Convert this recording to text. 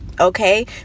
Okay